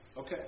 Okay